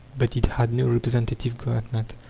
but it had no representative government.